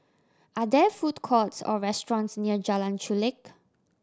are there food courts or restaurants near Jalan Chulek